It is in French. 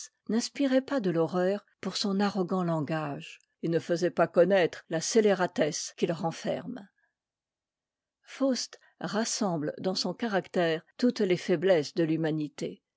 n'inspiraient pas de l'horreur pour son arrogant langage et ne faisaient pas connaître la scélératesse qu'il renferme faust rassemble dans son caractère toutes les faiblesses de l'humanité